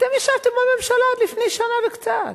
אתם ישבתם בממשלה עד לפני שנה וקצת.